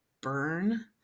burn